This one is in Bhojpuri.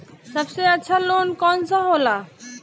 सबसे अच्छा लोन कौन सा होला?